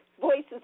voices